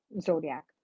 zodiac